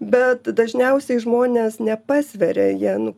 bet dažniausiai žmonės nepasveria jie nu